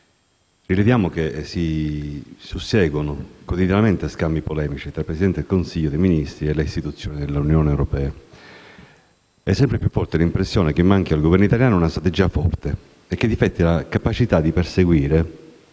Premesso che: si susseguono quotidianamente scambi polemici tra il Presidente del Consiglio dei ministri Renzi e le istituzioni dell'Unione europea; è sempre più forte l'impressione che manchi al Governo italiano una strategia forte e che difetti la capacità di perseguire